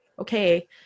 okay